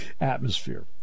atmosphere